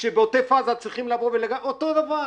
כשבעוטף עזה צריכים לבוא ולגעת אותו דבר.